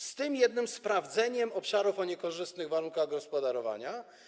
Z tym jednym sprawdzeniem obszarów o niekorzystnych warunkach gospodarowania.